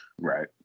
right